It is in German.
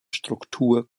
struktur